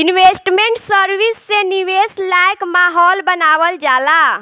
investment service से निवेश लायक माहौल बानावल जाला